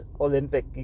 Olympic